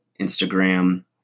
Instagram